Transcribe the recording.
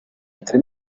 entre